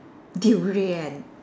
durian